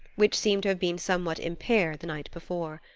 which seemed to have been somewhat impaired the night before.